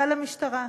מפכ"ל המשטרה.